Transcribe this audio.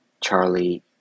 Charlie